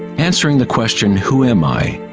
answering the question who am i?